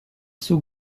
sous